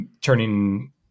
turning